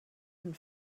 and